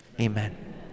amen